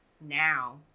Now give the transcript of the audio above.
now